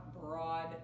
broad